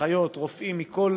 אחיות ורופאים בכל